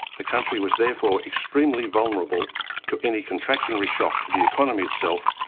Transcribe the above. the country was therefore extremely vulnerable to any contractionary shock to the economy itself,